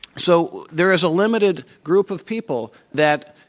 so there is a limited group of people that,